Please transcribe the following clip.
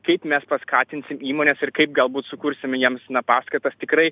kaip mes paskatinsim įmones ir kaip galbūt sukursime jiems na paskatas tikrai